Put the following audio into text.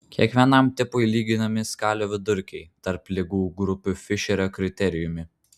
kiekvienam tipui lyginami skalių vidurkiai tarp ligų grupių fišerio kriterijumi